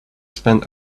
spend